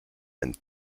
and